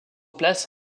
place